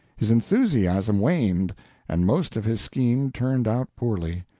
his enthusiasm waned and most of his schemes turned out poorly.